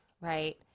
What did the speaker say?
Right